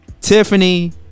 Tiffany